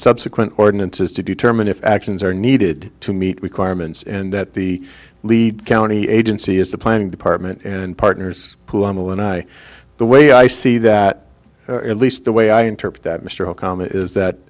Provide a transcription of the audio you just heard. subsequent ordinances to determine if actions are needed to meet requirements and that the lead county agency is the planning department and partners who are when i the way i see that at least the way i interpret that mr okama is that